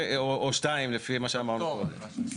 או שתיים, לפי מה שאמרנו קודם.